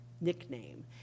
nickname